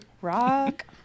Rock